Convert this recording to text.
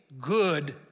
good